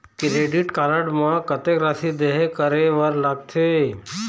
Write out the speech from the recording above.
Credit card म कतक राशि देहे करे बर लगथे?